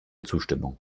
zustimmung